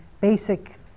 basic